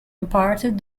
imparted